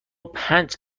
پنج